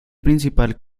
principal